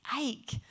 ache